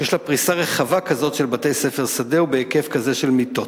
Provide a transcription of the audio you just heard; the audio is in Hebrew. שיש לה פריסה רחבה כזו של בתי-ספר שדה ובהיקף כזה של מיטות.